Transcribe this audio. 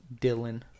Dylan